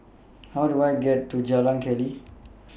How Do I get to Jalan Keli